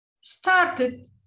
started